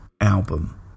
album